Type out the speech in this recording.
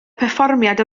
perfformiad